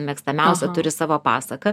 mėgstamiausią turi savo pasaką